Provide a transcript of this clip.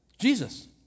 Jesus